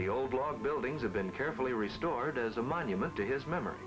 the old log buildings have been carefully restored as a monument to his mem